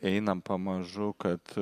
einam pamažu kad